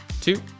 two